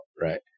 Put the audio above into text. right